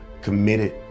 committed